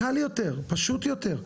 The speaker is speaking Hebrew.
קל יותר, פשוט יותר.